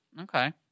okay